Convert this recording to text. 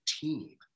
team